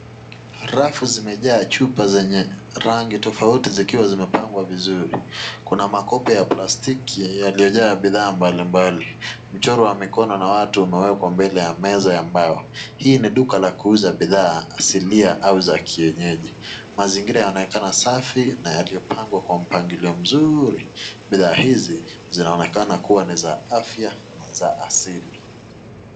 Rafu zimejaa chupa zenye rangi tofauti zikiwa zimepangwa vizuri. Kuna makope ya plastiki yaliyojaa bidhaa mbalimbali. Mchoro wa mikono na watu umewekwa mbele ya meza ya mbao. Hii ni duka la kuuza bidhaa asilia au za kienyezi. Mazingira yanaonekana safi na yaliyopangwa kwa mpangilio mzuri. Bidhaa hizi zinaonekana kuwa ni za afya na za asili.